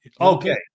Okay